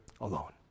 alone